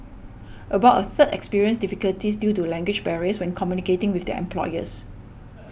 about a third experienced difficulties due to language barriers when communicating with their employers